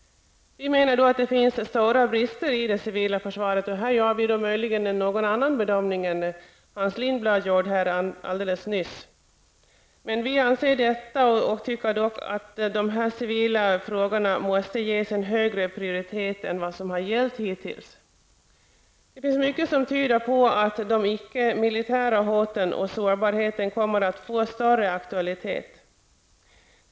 Vi anser att det finns stora brister i det civila försvaret. Här gör vi möjligen en annan bedömning än den Hans Lindblad gjorde alldeles nyss. Vi anser att dessa civila frågor måste ges en högre prioritet än vad som har gällt hittills. Mycket tyder på att de icke-militära hoten och sårbarheten kommer att få större aktualitet.